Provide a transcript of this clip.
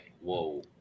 whoa